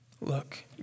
Look